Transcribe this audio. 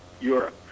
Europe